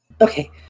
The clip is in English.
Okay